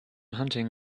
hunting